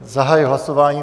Zahajuji hlasování.